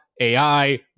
AI